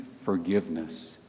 forgiveness